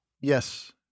Yes